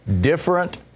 different